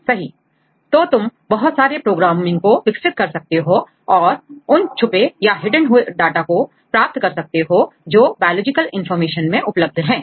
सही तो तुम बहुत सारे प्रोग्रामिंग को विकसित कर सकते हो और उन छुपे hiddenहुएडाटा को प्राप्त कर सकते हो जो बायोलॉजिकल इनफार्मेशन में उपलब्ध है